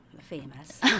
famous